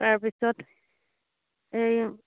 তাৰ পিছত এই